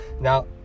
Now